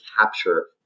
capture